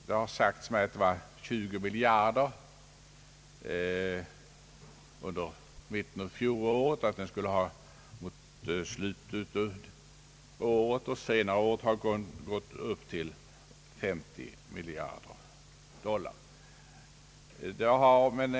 Det sammanlagda beloppet har utgjort 20 miljarder dollar under mitten av fjolåret och 50 miljarder mot slutet av året, har det sagts mig.